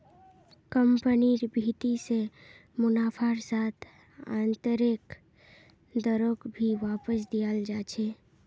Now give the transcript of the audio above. कम्पनिर भीति से मुनाफार साथ आन्तरैक दरक भी वापस दियाल जा छे